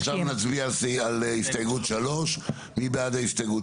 עכשיו נצביע על הסתייגות 3. מי בעד ההסתייגות?